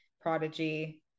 prodigy